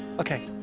okay.